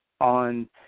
on